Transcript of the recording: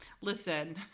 listen